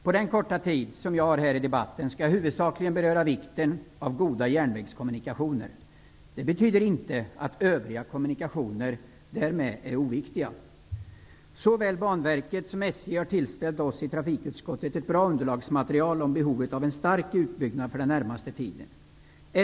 Under den korta taletid som jag har till mitt förfogande här i debatten skall jag hvudsakligen beröra vikten av goda järnvägskommunikationer. Detta betyder inte att övriga kommunikationer är oviktiga. Såväl Banverket som SJ har tillställt oss i trafikutskottet ett bra underlagsmaterial om behovet av en stark utbyggnad för den närmaste tiden.